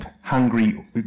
hungry